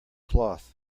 cloth